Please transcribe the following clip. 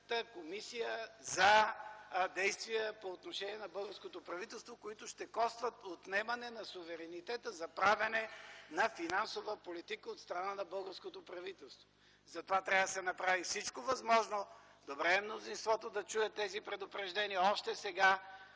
комисия за действия по отношение на българското правителство, които ще костват отнемане на суверенитета за правене на финансова политика от страна на българското правителство. Затова трябва да се направи всичко възможно. Добре е мнозинството да чуе тези предупреждения още сега,